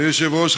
אדוני היושב-ראש,